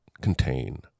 contain